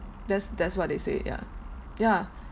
that's that's what they say ya ya